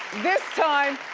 this time,